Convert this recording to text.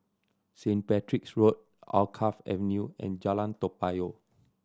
Saint Patrick's Road Alkaff Avenue and Jalan Toa Payoh